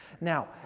Now